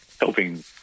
helping